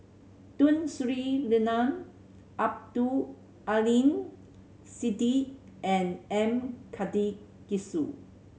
Tun Sri Lanang Abdul Aleem Siddique and M Karthigesu